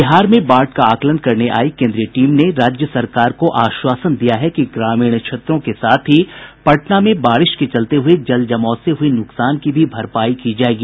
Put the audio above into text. बिहार में बाढ़ का आकलन करने आई केन्द्रीय टीम ने राज्य सरकार को आश्वासन दिया है कि ग्रामीण क्षेत्रों के साथ ही पटना में बारिश के चलते हुये जल जमाव से हुये नुकसान की भी भरपाई की जायेगी